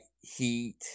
Heat